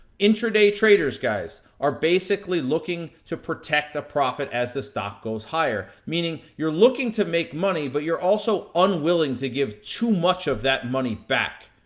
intraday traders, guys, are basically looking to protect a profit as the stock goes higher. meaning, you're looking to make money, but you're also unwilling to give too much of that money back.